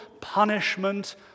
punishment